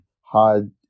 hard